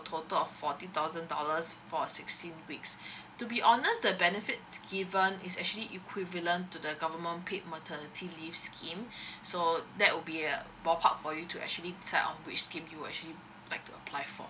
total of forty thousand dollars for sixteen weeks to be honest the benefits given is actually equivalent to the government paid maternity leave scheme so that will be a ballpark for you to actually decide on which scheme you'll actually like to apply for